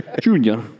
Junior